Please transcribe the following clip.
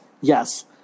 yes